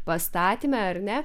pastatyme ar ne